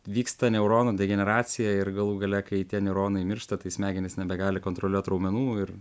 vyksta neuronų degeneracija ir galų gale kai tie neuronai miršta tai smegenys nebegali kontroliuot raumenų ir